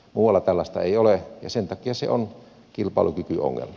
muualla tällaista ei ole ja sen takia se on kilpailukykyongelma